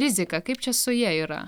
rizika kaip čia su ja yra